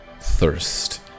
thirst